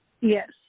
Yes